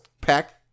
pack